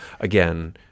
again